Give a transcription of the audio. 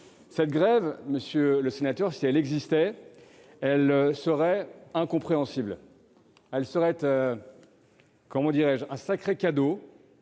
Cette grève, monsieur le sénateur, si elle existait, elle serait incompréhensible. Elle constituerait un sacré cadeau